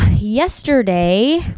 yesterday